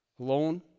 Alone